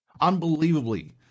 unbelievably